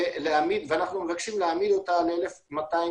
ואנחנו מבקשים להעמיד אותה ל-1,250.